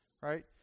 right